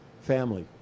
Family